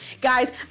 Guys